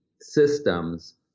systems